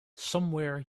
somewhere